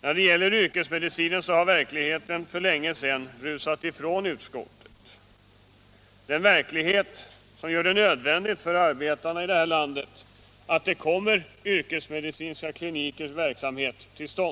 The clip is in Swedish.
När det gäller yrkesmedicinen har verkligheten för länge sedan rusat ifrån utskottet, den verklighet som gör det nödvändigt för arbetarna i det här landet att yrkesmedicinska kliniker kommer till stånd.